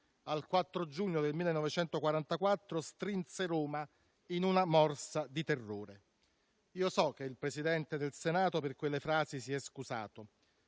al 4 giugno 1944, strinse Roma in una morsa di terrore. Io so che il Presidente del Senato di quelle frasi si è scusato,